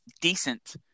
decent